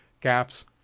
gaps